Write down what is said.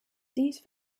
these